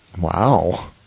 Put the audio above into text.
Wow